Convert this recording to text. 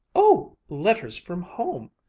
oh, letters from home!